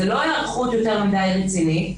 זאת לא היערכות יותר מדי רצינית.